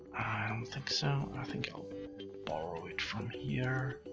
i don't think so. i think i'll borrow it from here